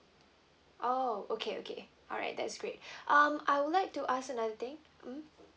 oh okay okay alright that is great um I would like to ask another thing mm